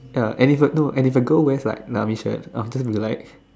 ya and if a no if a girl wears like army shirts I'll just be like